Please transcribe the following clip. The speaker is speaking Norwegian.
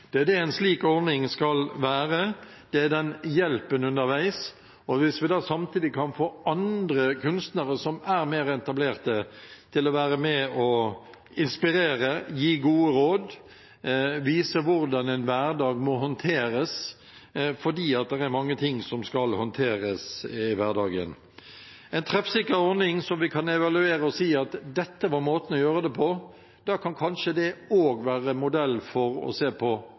Det er det en slik ordning skal bidra til, den hjelpen underveis, og samtidig få andre kunstnere som er mer etablert, til å være med å inspirere, gi gode råd og vise hvordan en hverdag må håndteres fordi det er mange ting som skal håndteres i hverdagen. En treffsikker ordning som vi kan evaluere og si at dette var måten å gjøre det på, og som kanskje også kan være modell på andre områder. Det er viktig med nytenkning, det er viktig å